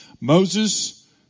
Moses